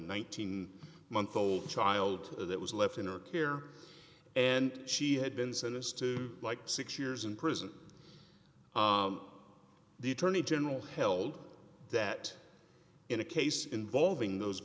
thousand month old child that was left in our care and she had been sentenced to like six years in prison the attorney general held that in a case involving those